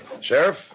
sheriff